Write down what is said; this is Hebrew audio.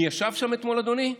מי ישב שם אתמול, אדוני?